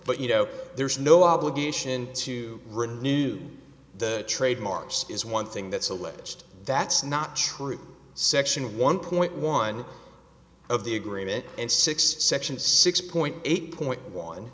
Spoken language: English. but you know there's no obligation to renew the trademarks is one thing that's alleged that's not true section one point one of the agreement and six section six point eight point one